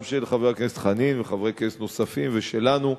גם של חבר הכנסת חנין וחברי כנסת נוספים ושלנו,